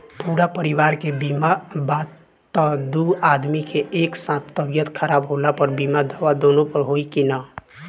पूरा परिवार के बीमा बा त दु आदमी के एक साथ तबीयत खराब होला पर बीमा दावा दोनों पर होई की न?